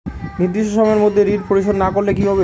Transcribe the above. নির্দিষ্ট সময়ে মধ্যে ঋণ পরিশোধ না করলে কি হবে?